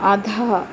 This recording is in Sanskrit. अधः